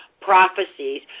prophecies